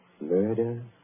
murder